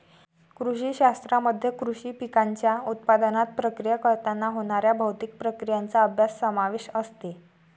कृषी शास्त्रामध्ये कृषी पिकांच्या उत्पादनात, प्रक्रिया करताना होणाऱ्या भौतिक प्रक्रियांचा अभ्यास समावेश असते